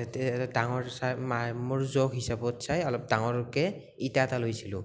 অলপ ডাঙৰ চাই মোৰ জোখ হিচাপত চাই অলপ ডাঙৰকে ইটা এটা লৈছিলোঁ